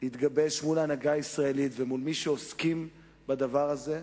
להתגבש מול ההנהגה הישראלית ומול מי שעוסקים בדבר הזה,